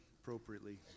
appropriately